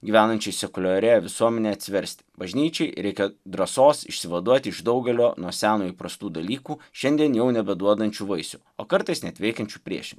gyvenančiai sekuliarioje visuomenėje atsiversti bažnyčiai reikia drąsos išsivaduoti iš daugelio nuo seno įprastų dalykų šiandien jau nebeduodančių vaisių o kartais net veikiančių priešingai